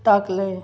टाकलं आहे